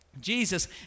Jesus